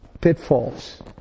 pitfalls